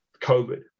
COVID